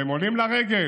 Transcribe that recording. והם עולים לרגל